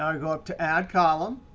i go up to add column.